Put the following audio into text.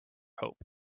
hope